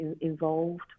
involved